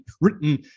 written